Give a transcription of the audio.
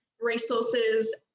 resources